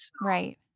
Right